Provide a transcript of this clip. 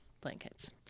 blankets